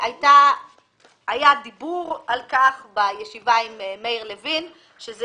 והיה דיבור על כך בישיבה עם מאיר לוין שזה